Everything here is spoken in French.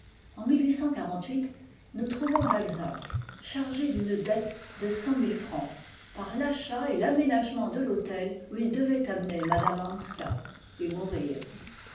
en nous trouvons balzac chargé d'une dette de loo ooo francs par l'achat et l'aménagement de l'hôtel où il devait amener m hanska et mourir